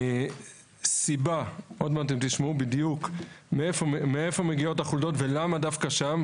סיבה תשמעו מאיפה מגיעות החולדות ולמה דווקא שם.